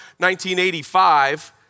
1985